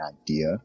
idea